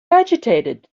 agitated